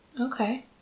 Okay